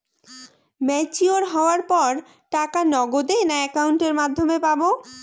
Mature হওয়ার পর টাকা নগদে না অ্যাকাউন্টের মাধ্যমে পাবো?